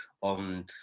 on